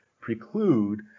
preclude